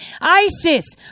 ISIS